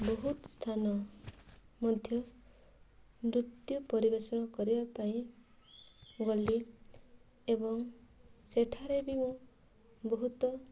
ବହୁତ ସ୍ଥାନ ମଧ୍ୟ ନୃତ୍ୟ ପରିବେଷଣ କରିବା ପାଇଁ ଗଲି ଏବଂ ସେଠାରେ ବି ମୁଁ ବହୁତ